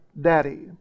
daddy